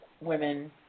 women